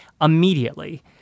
immediately